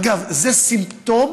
אגב, זה סימפטום